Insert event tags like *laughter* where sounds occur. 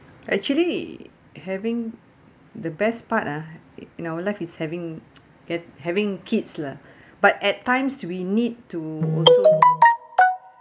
actually having the best part ah in our life is having *noise* get having kids lah but at times we need to also